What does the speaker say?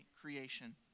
creation